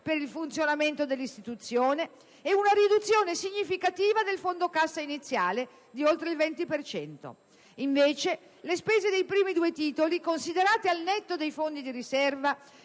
per il funzionamento dell'Istituzione) e una riduzione significativa del fondo cassa iniziale (oltre il 20 per cento). Invece, le spese nei primi due titoli, considerate al netto dei fondi di riserva,